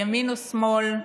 ימין או שמאל,